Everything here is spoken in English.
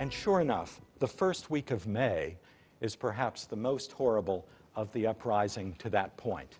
and sure enough the first week of may is perhaps the most horrible of the uprising to that point